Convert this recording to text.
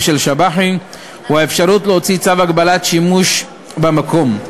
של שב"חים הוא האפשרות להוציא צו הגבלת שימוש במקום.